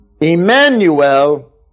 Emmanuel